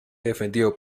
defendió